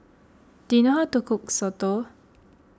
do you know how to cook Soto